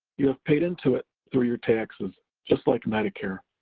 you have paid into it through your taxes, just like medicare,